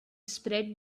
spread